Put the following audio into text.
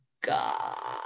God